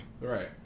Right